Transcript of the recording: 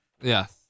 Yes